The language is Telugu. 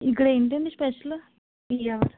ఇక్కడ ఏంటండి స్పెషల్ టీయా